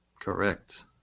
Correct